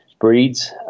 breeds